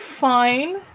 fine